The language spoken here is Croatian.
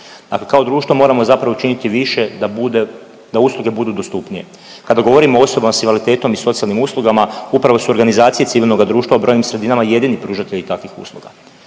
kao društvo moramo zapravo učiniti više da bude, da uslugu budu dostupnije. Kada govorimo o osobama s invaliditetom i socijalnim uslugama, upravo su organizacije civilnoga društva u .../Govornik se ne razumije./... sredinama jedini pružatelji takvih usluga